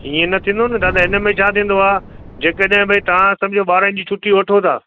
हीअं न थींदो न दादा हिनमें छा थींदो आहे जे कॾहिं भई तव्हां सम्झो ॿारनि जी छुटी वठो था